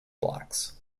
blocks